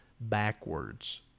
backwards